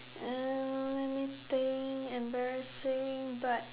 um let me think embarrassing but